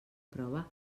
prova